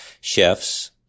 chefs